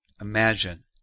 Imagine